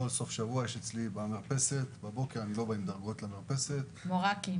יום שבת על המרפסת אני שומע את הדברים,